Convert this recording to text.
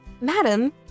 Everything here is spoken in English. Madam